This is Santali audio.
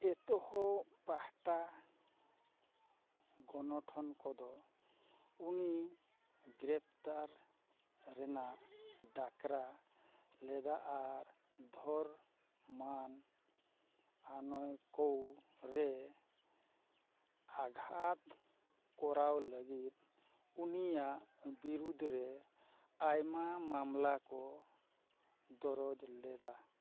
ᱮᱛᱚᱦᱚᱵ ᱯᱟᱦᱴᱟ ᱜᱚᱱᱚᱴᱷᱚᱱ ᱠᱚᱫᱚ ᱩᱱᱤ ᱜᱨᱟᱯᱛᱟᱨ ᱨᱮᱱᱟᱜ ᱰᱟᱠᱨᱟ ᱞᱮᱫᱟ ᱟᱨ ᱫᱷᱚᱨᱚᱢᱟᱱ ᱟᱹᱱᱟᱹᱭᱠᱟᱹᱣ ᱨᱮ ᱟᱜᱷᱟᱛ ᱠᱚᱨᱟᱣ ᱞᱟᱹᱜᱤᱫ ᱩᱱᱤᱭᱟᱜ ᱵᱤᱨᱩᱫᱽᱨᱮ ᱟᱭᱢᱟ ᱢᱟᱢᱞᱟᱠᱚ ᱫᱚᱨᱡᱽ ᱞᱮᱫᱟ